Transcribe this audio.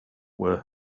were